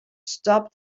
stopped